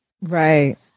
right